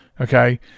okay